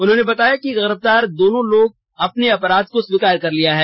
उन्होंने बताया कि गिरफ्तार दोनों लोगों ने अपने अपराध को स्वीकार कर लिया है